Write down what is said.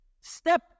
step